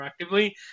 proactively